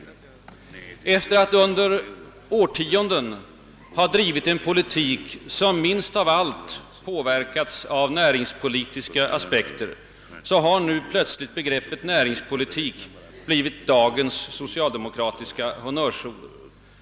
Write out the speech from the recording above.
Efter att under årtionden ha drivit en politik som minst av allt påverkats av näringspolitiska aspekter har socialdemokraterna nu plötsligt börjat betrakta begreppet näringspolitik som dagens honnörsord.